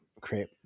create